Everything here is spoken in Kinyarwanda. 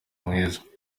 mwiza